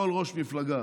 כל ראש מפלגה